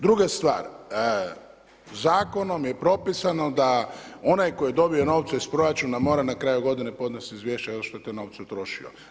Druga stvar, zakonom je propisano da onaj tko je dobio novce iz proračuna mora na kraju godine podnesti izvješće na što je te novce utrošio.